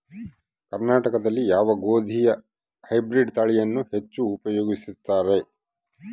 ಕರ್ನಾಟಕದಲ್ಲಿ ಯಾವ ಗೋಧಿಯ ಹೈಬ್ರಿಡ್ ತಳಿಯನ್ನು ಹೆಚ್ಚು ಉಪಯೋಗಿಸುತ್ತಾರೆ?